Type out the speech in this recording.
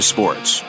Sports